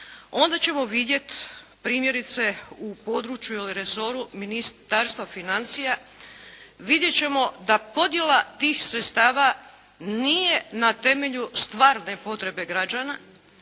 onda ćemo vidjeti primjerice u području ili resoru Ministarstva financija, vidjet ćemo da podjela tih sredstava nije na temelju stvarne potrebe građana,